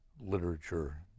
literature